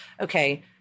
okay